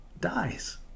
dies